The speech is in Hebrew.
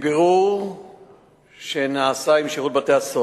1 2. מבירור שנעשה עם שירות בתי-הסוהר